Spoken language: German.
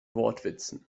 wortwitzen